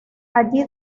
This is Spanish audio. allí